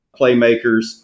playmakers